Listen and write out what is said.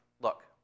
look